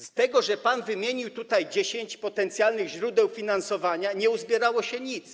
Z tego, że pan wymienił tutaj 10 potencjalnych źródeł finansowania, nie uzbierało się nic.